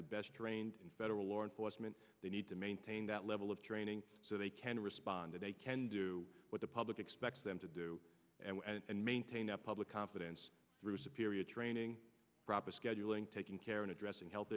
the best trained in federal law enforcement they need to maintain that level of training so they can respond that they can do what the public expects them to do and maintain the public confidence through superior training proper scheduling taking care in addressing health